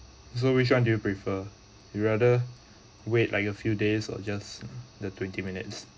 so which one do you prefer you rather wait like a few days or just the twenty minutes